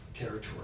Territory